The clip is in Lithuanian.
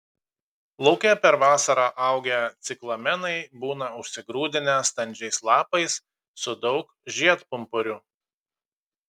lauke per vasarą augę ciklamenai būna užsigrūdinę standžiais lapais su daug žiedpumpurių